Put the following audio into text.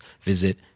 visit